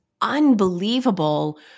unbelievable